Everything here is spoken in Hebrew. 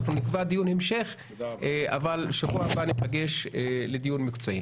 נקבע דיון המשך אבל בשבוע הבא ניפגש לדיון מקצועי.